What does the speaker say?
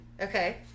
Okay